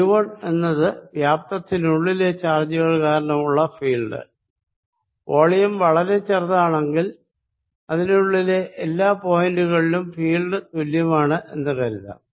E 1 എന്നത് വ്യാപ്തത്തിനുള്ളിലെ ചാർജുകൾ കാരണമുള്ള ഫീൽഡ് വോളിയം വളരെ ചെറുതാണെകിൽ അതിനുള്ളിലെ എല്ലാ പോയിന്റ് കളിലും ഫീൽഡ് തുല്യമാണ് എന്ന് കരുതാം